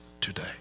today